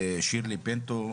שירלי פינטו,